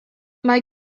mae